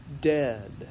dead